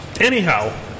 Anyhow